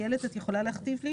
אני רוצה עוד הבהרה.